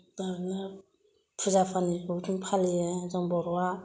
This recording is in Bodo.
दा बिदिनो फुजा फानिखौ बिदिनो फालियो जों बर'आ